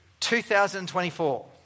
2024